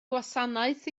gwasanaeth